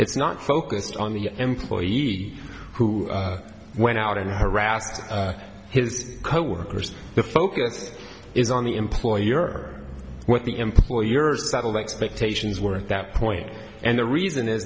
it's not focused on the employee who went out and harassed his coworkers the focus is on the employer what the employer settled expectations were at that point and the reason i